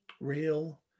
Real